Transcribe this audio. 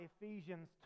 Ephesians